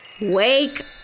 Wake